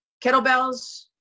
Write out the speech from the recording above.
kettlebells